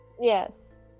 yes